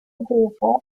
grupo